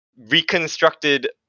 reconstructed